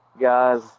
guys